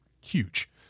huge